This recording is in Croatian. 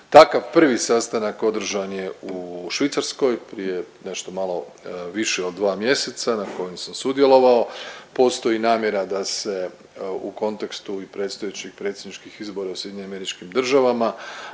Takav prvi sastanak održan je u Švicarskoj prije nešto malo više od dva mjeseca na kojem sam sudjelovao, postoji namjera da se u kontekstu i predstojećih predsjedničkih izbora u SAD-u, ali i početka